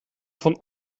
von